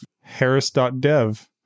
harris.dev